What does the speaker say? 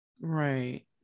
Right